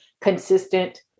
consistent